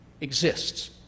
exists